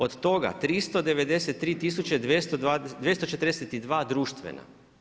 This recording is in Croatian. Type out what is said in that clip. Od toga 393 242 društvena.